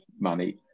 money